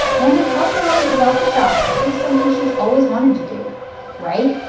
and it helped anali develop the chops to do something she's always wanted to do write,